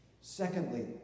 secondly